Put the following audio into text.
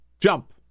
jump